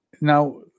Now